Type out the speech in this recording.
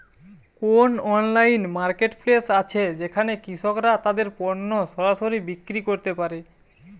কোন online marketplace আছে যেখানে কৃষকরা তাদের পণ্য সরাসরি বিক্রি করতে পারে?